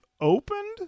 opened